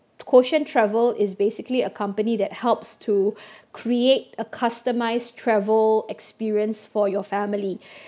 quotient travel is basically a company that helps to create a customised travel experience for your family